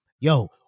Yo